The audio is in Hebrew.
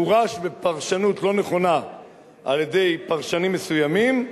פורשה בפרשנות לא נכונה על-ידי פרשנים מסוימים.